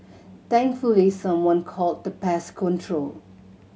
thankfully someone called the pest control